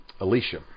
Alicia